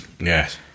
yes